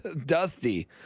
Dusty